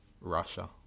Russia